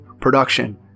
production